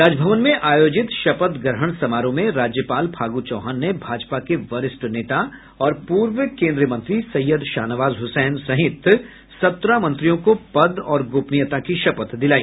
राजभवन में आयोजित शपथ ग्रहण समारोह में राज्यपाल फागू चौहान ने भाजपा के वरिष्ठ नेता और पूर्व कोन्द्रीय मंत्री सैयद शाहनवाज हुसैन सहित सत्रह मंत्रियों को पद और गोपनीयता की शपथ दिलाई